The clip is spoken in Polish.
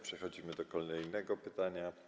Przechodzimy do kolejnego pytania.